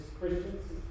Christians